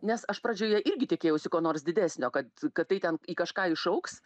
nes aš pradžioje irgi tikėjausi ko nors didesnio kad kad tai ten į kažką išaugs